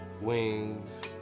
wings